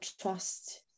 trust